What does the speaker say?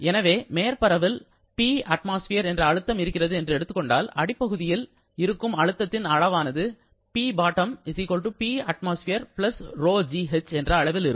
எனவே மேற்பரப்பில் Patm என்ற அழுத்தம் இருக்கிறது என்று எடுத்துக்கொண்டால் அடிப்பகுதியில் இருக்கும் அழுத்தத்தின் அளவானது Pbottom Patm ρgh என்ற அளவில் இருக்கும்